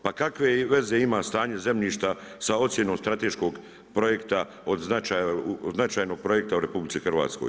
Pa kakve veze ima stanje zemljišta sa ocjenom strateškog projekta od značaja, značajnog projekta u RH?